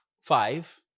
five